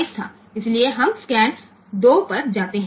તેથી આપણે સ્કેન 2 પર જઈએ છીએ